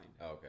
okay